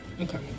Okay